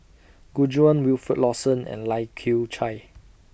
Gu Juan Wilfed Lawson and Lai Kew Chai